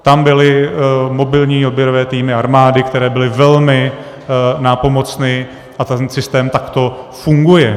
Tam byly mobilní odběrové týmy armády, které byly velmi nápomocny, a ten systém takto funguje.